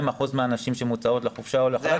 אחוזים מהנשים שמוצאות לחופשה או לחל"ת.